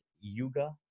Yuga